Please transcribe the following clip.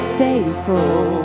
faithful